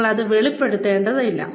നിങ്ങൾ അത് വെളിപ്പെടുത്തേണ്ടതില്ല